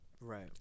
Right